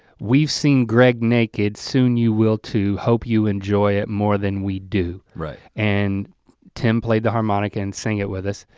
we've seen greg naked soon you will too hope you enjoy it more than we do right? and tim played the harmonica and sing it with us.